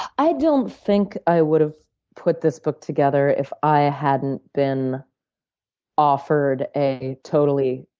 i don't think i would have put this book together if i hadn't been offered a totally,